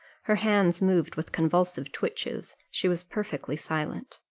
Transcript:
her hands moved with convulsive twitches she was perfectly silent.